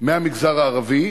מהמגזר הערבי,